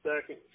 second